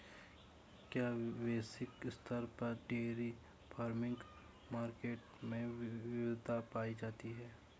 क्या वैश्विक स्तर पर डेयरी फार्मिंग मार्केट में विविधता पाई जाती है?